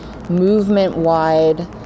movement-wide